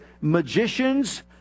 Magicians